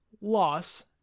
loss